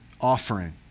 offering